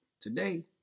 Today